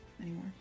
anymore